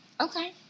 Okay